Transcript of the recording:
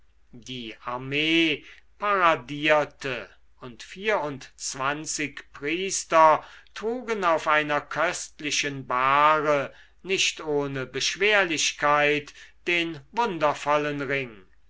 die armee paradierte und vierundzwanzig priester trugen auf einer köstlichen bahre nicht ohne beschwerlichkeit den wundervollen ring